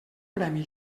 premi